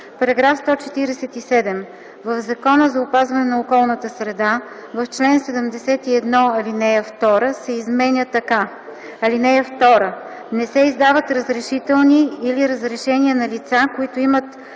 „§ 147. В Закона за опазване на околната среда в чл. 71, ал. 2 се изменя така: „(2) Не се издават разрешителни или разрешения на лица, които имат